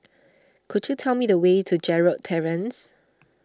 could you tell me the way to Gerald Terrace